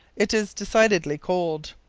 it is decidedly cold.